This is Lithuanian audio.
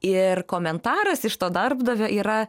ir komentaras iš to darbdavio yra